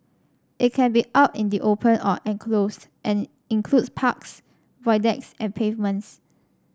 it can be out in the open or enclosed and includes parks Void Decks and pavements